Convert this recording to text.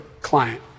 client